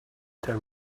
tell